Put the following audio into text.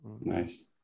nice